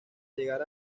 llegar